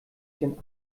den